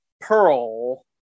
Pearl